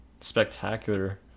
spectacular